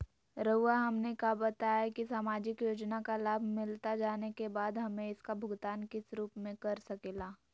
रहुआ हमने का बताएं की समाजिक योजना का लाभ मिलता जाने के बाद हमें इसका भुगतान किस रूप में कर सके ला?